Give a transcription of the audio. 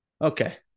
Okay